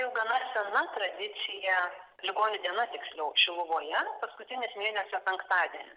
jau gana sena tradicija ligonių diena tiksliau šiluvoje paskutinis mėnesio penktadienis